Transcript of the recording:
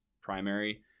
primary